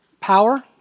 power